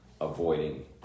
Avoiding